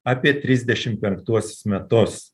apie trisdešim penktuosius metus